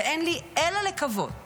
ואין לי אלא לקוות